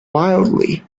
wildly